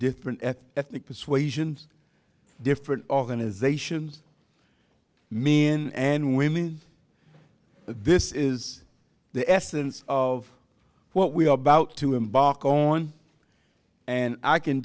different ethnic persuasions different organisations mean and women this is the essence of what we are about to embark on and i can